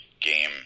game